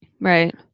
Right